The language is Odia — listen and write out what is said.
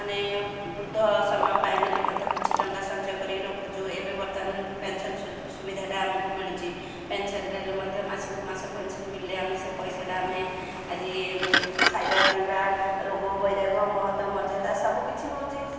ମାନେ ବୃଦ୍ଧ ସମୟ ପାଇଁ ବୋଲି ମଧ୍ୟ କିଛି ଟଙ୍କା ସଞ୍ଚୟ କରିକି ରଖୁଛୁ ଏବେ ବର୍ତ୍ତମାନ ପେନ୍ସନ୍ ସୁବିଧାଟା ଆମକୁ ମିଳୁଛି ପେନ୍ସନ୍ରେଲେ ମଧ୍ୟ ମାସକୁ ମାସ ପେନ୍ସନ୍ ମଳିଲେ ଆମେ ସେ ପଇସାଟା ଆମେ ଆଜି ଖାଇବା ପିଇବା ରୋଗ ବୈରାଗ ମହତ ମର୍ଯ୍ୟଦା ସବୁକଛି ହେଉଛି